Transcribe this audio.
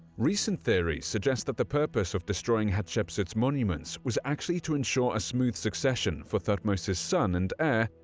recent theories suggest that the purpose of destroying hatshepsut's monuments was actually to ensure a smooth succession for thutmose's son and heir,